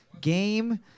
game